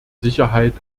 sicherheit